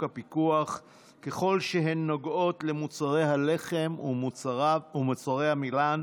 ככל שהן נוגעות למוצרי הלחם ומוצרי עמילן